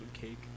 cake